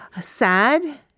sad